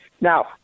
Now